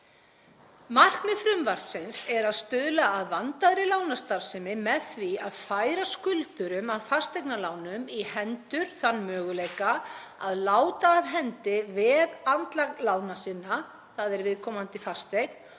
Markmið frumvarpsins er að stuðla að vandaðri lánastarfsemi með því að færa skuldurum að fasteignalánum í hendur þann möguleika að láta af hendi veðandlag lána sinna, það er viðkomandi fasteign,